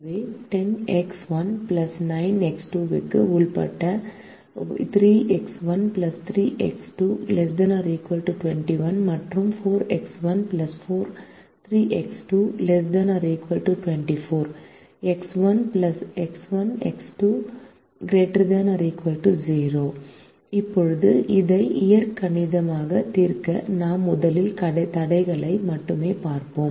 எனவே 10X1 9X2 க்கு உட்பட்ட 3X1 3X2 ≤ 21 மற்றும் 4X1 3X2 ≤ 24 எக்ஸ் 1 எக்ஸ் 2 ≥ 0 இப்போது இதை இயற்கணிதமாக தீர்க்க நாம் முதலில் தடைகளை மட்டுமே பார்ப்போம்